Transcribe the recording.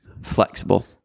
flexible